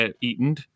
eaten